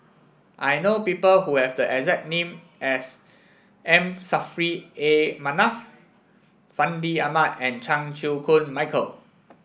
I know people who have the exact name as M Saffri A Manaf Fandi Ahmad and Chan Chew Koon Michael